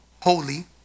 holy